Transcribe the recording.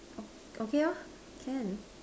o~ okay lor can